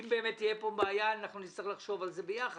אם באמת תהיה פה בעיה נצטרך לחשוב על זה ביחד.